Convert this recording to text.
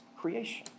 creation